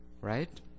right